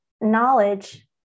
knowledge